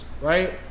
right